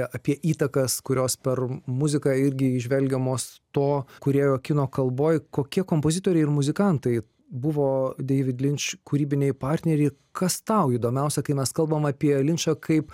apie įtakas kurios per muziką irgi įžvelgiamos to kūrėjo kino kalboj kokie kompozitoriai ir muzikantai buvo deivid linč kūrybiniai partneriai ir kas tau įdomiausia kai mes kalbam apie linčą kaip